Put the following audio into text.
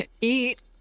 eat